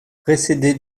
précédé